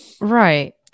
Right